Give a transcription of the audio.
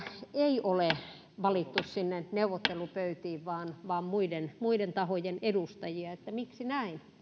ei ole valittu sinne neuvottelupöytiin vaan vaan muiden muiden tahojen edustajia miksi näin